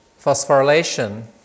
phosphorylation